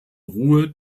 ruhe